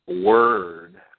Word